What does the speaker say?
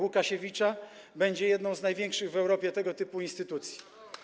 Łukasiewicza będzie jedną z największych w Europie tego typu instytucji.